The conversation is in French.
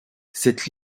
cette